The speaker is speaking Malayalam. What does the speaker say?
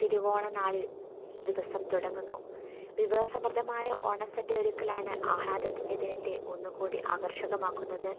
തിരുവോണ നാളിൽ ദിവസം തുടങ്ങുന്നു വിഭവ സമൃദ്ധമായ ഓണസദ്യ ഒരുക്കലാണ് ആഹ്ളാദത്തിൻ്റെ ദിനത്തെ ഒന്നുകൂടി ആകർഷകമാക്കുന്നത്